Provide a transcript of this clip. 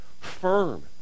firm